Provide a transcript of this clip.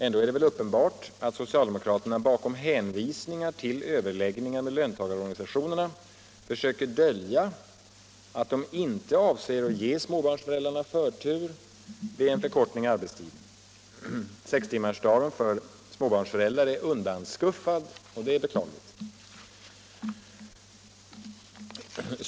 Ändå är det väl uppenbart att socialdemokraterna bakom hänvisningar till överläggningar med löntagarorganisationerna försökt dölja att de inte avser att ge småbarnsföräldrar förtur vid en förkortning av arbetstiden. Sextimmarsdagen för småbarnsföräldrar är undanskuffad, och det är beklagligt.